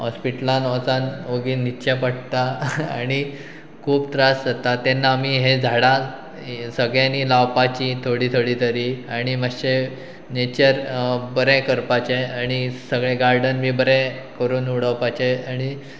हॉस्पिटलान वचन ओगीन न्हिदचें पडटा आनी खूब त्रास जाता तेन्ना आमी हें झाडां सगळ्यांनी लावपाची थोडीं थोडी तरी आनी मातशें नेचर बरें करपाचें आनी सगळें गार्डन बी बरें करून उडोवपाचे आनी